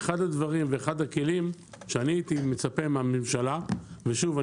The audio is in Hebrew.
אחד הדברים ואחד הכלים שאני הייתי מצפה מהממשלה לטפל בהם ושוב,